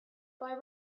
boy